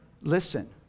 Listen